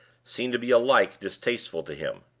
seemed to be alike distasteful to him.